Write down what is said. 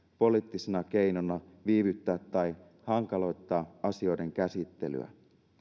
poliittisena keinona viivyttää tai hankaloittaa asioiden käsittelyä